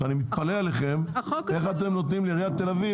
אני מתפלא עליכם איך אתם נותנים לעיריית תל אביב